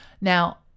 Now